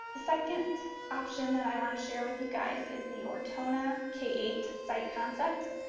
second option that i wanna share with you guys is the ortona k eight site concept.